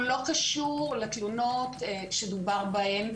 הוא לא קשור לתלונות על המוקד שדובר בהן.